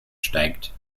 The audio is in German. steigt